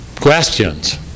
Questions